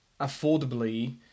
affordably